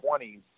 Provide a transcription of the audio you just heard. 20s